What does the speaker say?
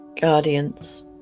guardians